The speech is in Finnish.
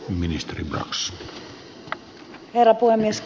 arvoisa herra puhemies